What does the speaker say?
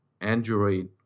android